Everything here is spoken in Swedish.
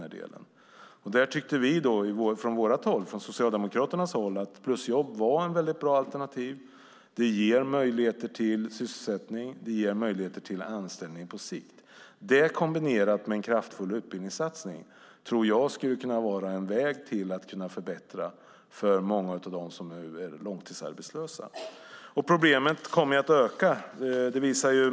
Från Socialdemokraternas håll tyckte vi att plusjobb var ett bra alternativ. Det ger möjligheter till sysselsättning. Det ger möjligheter till anställning på sikt. Det kombinerat med en kraftfull utbildningssatsning tror jag skulle kunna vara en väg för att förbättra för många av dem som nu är långtidsarbetslösa. Problemen kommer att öka.